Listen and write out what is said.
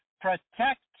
protect